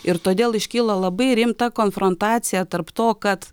ir todėl iškyla labai rimta konfrontacija tarp to kad